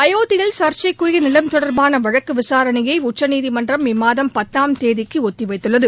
அயோத்தியில் ச்ச்சைக்குரிய நிலம் தொடர்பான வழக்கு விசாரணையை உச்சநீதிமன்றம் இம்மாதம் பத்தாம் தேதிக்கு ஒத்திவைத்துள்ளது